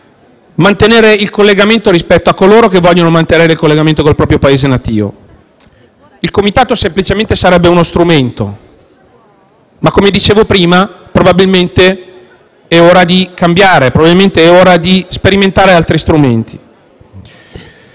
mantenere il collegamento con coloro che vogliono mantenere un legame con il proprio Paese natio. Il Comitato sarebbe semplicemente uno strumento, ma, come dicevo prima, probabilmente è ora di cambiare ed è ora di sperimentare altri strumenti.